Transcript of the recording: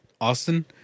austin